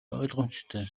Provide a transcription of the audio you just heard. ойлгомжтой